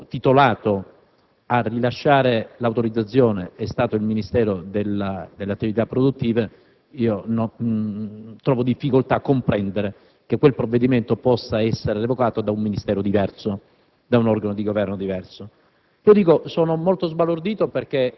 che il soggetto titolato a rilasciare l'autorizzazione è stato il Ministero delle attività produttive, trovo difficoltà a comprendere come quel provvedimento possa essere revocato da un Ministero diverso, da un organo di Governo diverso.